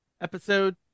Episode